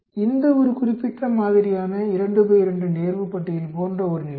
இது ஒரு குறிப்பிட்ட மாதிரியான 2 2 நேர்வு பட்டியல் போன்ற ஒரு நிலைமை